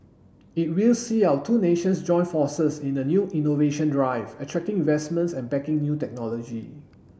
it will see our two nations join forces in the new innovation drive attracting investments and backing new technology